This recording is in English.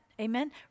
Amen